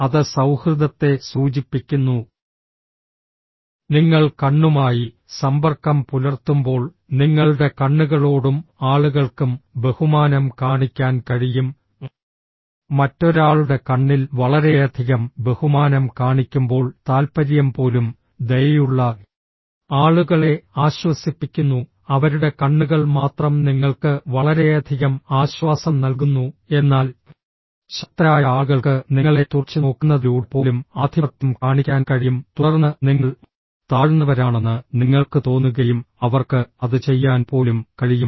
അത് സൌഹൃദത്തെ സൂചിപ്പിക്കുന്നു നിങ്ങൾ കണ്ണുമായി സമ്പർക്കം പുലർത്തുമ്പോൾ നിങ്ങളുടെ കണ്ണുകളോടും ആളുകൾക്കും ബഹുമാനം കാണിക്കാൻ കഴിയും മറ്റൊരാളുടെ കണ്ണിൽ വളരെയധികം ബഹുമാനം കാണിക്കുമ്പോൾ താല്പര്യം പോലും ദയയുള്ള ആളുകളെ ആശ്വസിപ്പിക്കുന്നു അവരുടെ കണ്ണുകൾ മാത്രം നിങ്ങൾക്ക് വളരെയധികം ആശ്വാസം നൽകുന്നു എന്നാൽ ശക്തരായ ആളുകൾക്ക് നിങ്ങളെ തുറിച്ചുനോക്കുന്നതിലൂടെ പോലും ആധിപത്യം കാണിക്കാൻ കഴിയും തുടർന്ന് നിങ്ങൾ താഴ്ന്നവരാണെന്ന് നിങ്ങൾക്ക് തോന്നുകയും അവർക്ക് അത് ചെയ്യാൻ പോലും കഴിയും